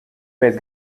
mēs